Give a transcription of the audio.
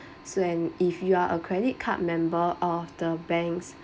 so and if you are a credit card member out of the banks